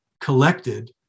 collected